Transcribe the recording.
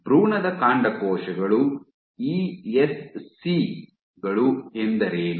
ಭ್ರೂಣದ ಕಾಂಡಕೋಶಗಳು ಇಎಸ್ಸಿಗಳು ಎಂದರೇನು